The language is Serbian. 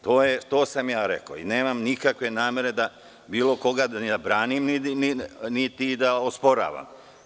To sam rekao i nemam nikakve namere da bilo koga branim, niti da osporavam.